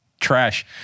trash